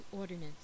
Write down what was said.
ordinance